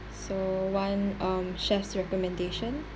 so one um chef's recommendation